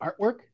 artwork